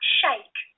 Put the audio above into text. shake